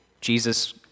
jesus